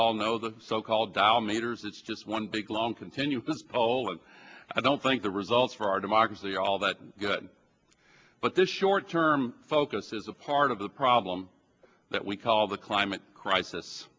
all know the so called dial meters is just one big long continuous polling i don't think the results for our democracy are all that good but the short term focus is a part of the problem that we call the climate crisis